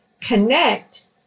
connect